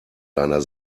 deiner